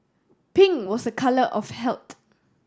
pink was a colour of health